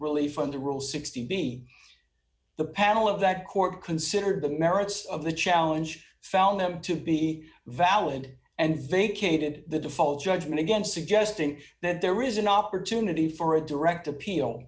under rule sixty b the panel of that court considered the merits of the challenge found to be valid and vacated the default judgment against suggesting that there is an opportunity for a direct appeal